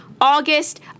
August